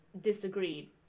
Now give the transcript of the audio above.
disagreed